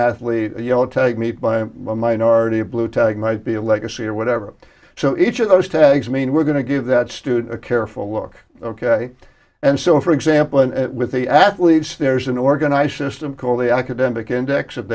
athlete you know tag me by a minority of blue tag might be a legacy or whatever so each of those tags mean we're going to give that student a careful look ok and so for example with the athletes there's an organized system called the academic index of